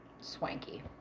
Swanky